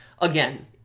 Again